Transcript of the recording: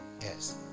yes